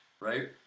right